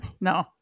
no